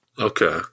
Okay